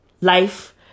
Life